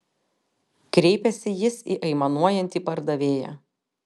kreipėsi jis į aimanuojantį pardavėją